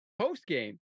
post-game